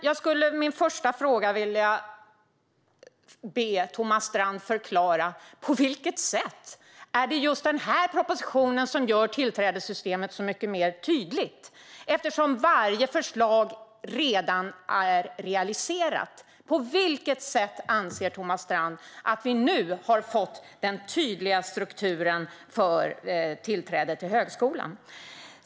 Jag skulle först och främst vilja be Thomas Strand förklara på vilket sätt just denna proposition gör tillträdessystemet mycket mer tydligt, eftersom varje förslag redan är realiserat. På vilket sätt anser Thomas Strand att vi nu har fått en tydlig struktur för tillträde till högskolan?